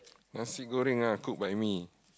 nasi goreng ah cooked by me